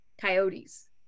coyotes